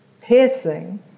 piercing